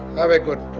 have a good